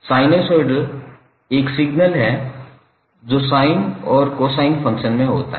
sinusoid एक signal है जो साइन या कोसाइन फंक्शन में होता है